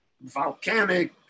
volcanic